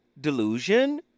Delusion